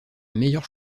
meilleure